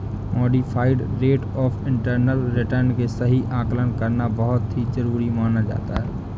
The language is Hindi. modified rate of internal return के सही आकलन करना बहुत जरुरी माना जाता है